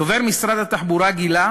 דובר משרד התחבורה גילה